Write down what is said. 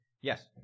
Yes